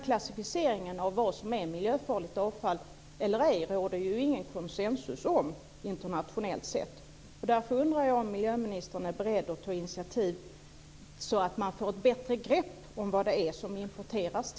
Klassificeringen av vad som är miljöfarligt avfall eller ej råder det ju ingen konsensus om internationellt sett.